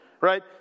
right